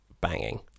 banging